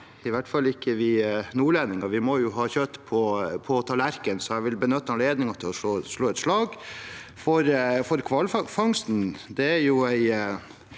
i hvert fall ikke vi nordlendinger. Vi må jo ha kjøtt på tallerkenen, så jeg vil benytte anledningen til å slå et slag for hvalfangsten. Det er en